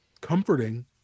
comforting